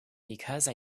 because